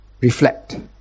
reflect